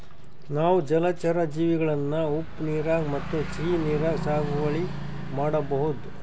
ನಾವ್ ಜಲಚರಾ ಜೀವಿಗಳನ್ನ ಉಪ್ಪ್ ನೀರಾಗ್ ಮತ್ತ್ ಸಿಹಿ ನೀರಾಗ್ ಸಾಗುವಳಿ ಮಾಡಬಹುದ್